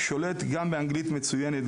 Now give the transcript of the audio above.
שולט גם באנגלית מצוינת,